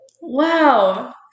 Wow